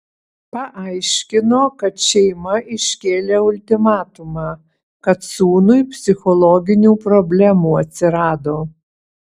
paaiškino kad šeima iškėlė ultimatumą kad sūnui psichologinių problemų atsirado